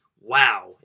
wow